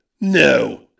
No